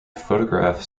photograph